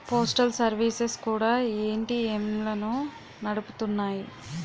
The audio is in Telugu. పోస్టల్ సర్వీసెస్ కూడా ఏటీఎంలను నడుపుతున్నాయి